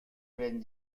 vingt